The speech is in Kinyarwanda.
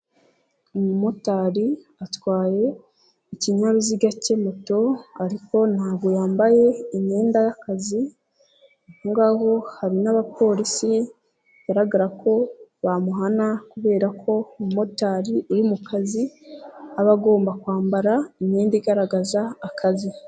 Umumotari atwaye ikinyabiziga cye moto, ariko ntabwo yambaye imyenda y'akazi, hari'abapolisi bigaragara ko bamuhana kubera ko umumotari uri mu kazi aba agomba kwambara imyenda igaragaza akazi.